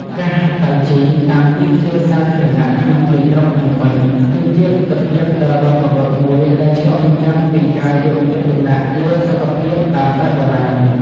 ការហាត់តៃជីតាមទីធ្លាសាធារណៈក្នុងទីក្រុងភ្នំពេញ គឺជាទិដ្ឋភាពដ៏រស់រវើកមួយដែលឆ្លុះបញ្ចាំងពីការយកចិត្តទុកដាក់លើសុខភាពតាមបែបបុរាណ។